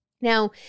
Now